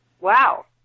wow